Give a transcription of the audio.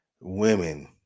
women